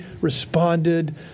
responded